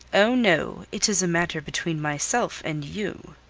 oh, no. it is a matter between myself and you.